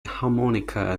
harmonica